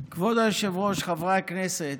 היושב-ראש, חברי הכנסת,